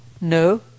no